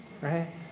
right